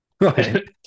right